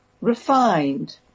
refined